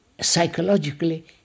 psychologically